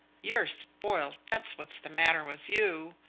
you're spoilt, that's what's the matter with you,